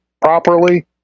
properly